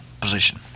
position